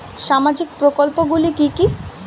সামাজিক প্রকল্প গুলি কি কি?